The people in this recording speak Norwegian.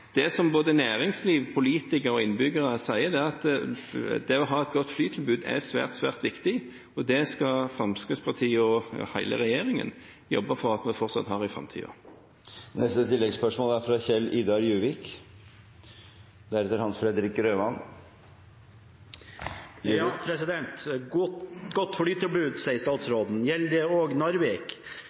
både næringsliv, politikere og innbyggere sier, er at det å ha et godt flytilbud er svært, svært viktig, og det skal Fremskrittspartiet og hele regjeringen jobbe for at vi fortsatt har i framtiden. Kjell-Idar Juvik – til oppfølgingsspørsmål. Godt flytilbud, sier statsråden. Gjelder det også Narvik?